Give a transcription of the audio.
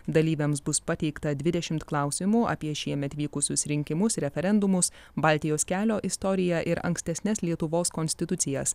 dalyviams bus pateikta dvidešimt klausimų apie šiemet vykusius rinkimus referendumus baltijos kelio istoriją ir ankstesnes lietuvos konstitucijas